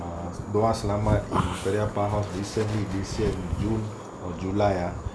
err dua salama in periyappa house recently this year june or july ah